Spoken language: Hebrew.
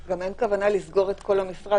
גם אין כוונה לסגור את כל המשרד